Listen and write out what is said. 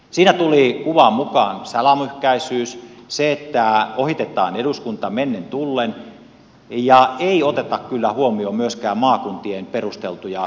siinä tuli kuvaan mukaan salamyhkäisyys se että ohitetaan eduskunta mennen tullen ja ei oteta kyllä huomioon myöskään maakuntien perusteltuja kannanottoja ja tahtotiloja